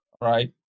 right